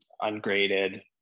ungraded